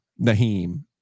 Naheem